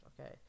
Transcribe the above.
okay